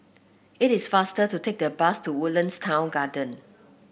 it is faster to take the bus to Woodlands Town Garden